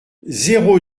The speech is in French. zéro